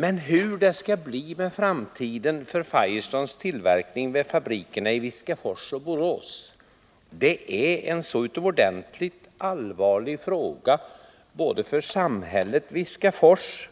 Men hur framtiden kommer att bli för Firestones tillverkning vid fabrikerna i Viskafors och Borås är en så utomordentligt allvarlig fråga både för samhället Viskafors